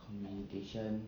communication